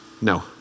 No